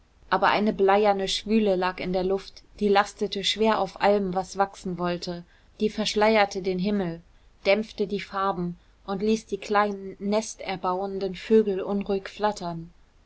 aber eine bleierne schwüle lag in der luft die lastete schwer auf allem was wachsen wollte die verschleierte den himmel dämpfte die farben und ließ die kleinen nesterbauenden vögel unruhig flattern